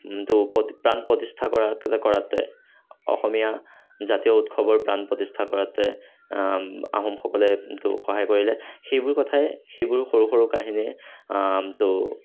ত' প্ৰাণ প্ৰতিস্থা কৰা কৰাতে অসমীয়া জাতীয় উৎসৱৰ প্ৰাণ প্ৰতিষ্ঠা কৰাতে আহোমসকলে ত' সহায় কৰিলে সেইবোৰ কথাই সেইবোৰ সৰু সৰু কাহিনীয়ে ত'